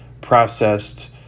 processed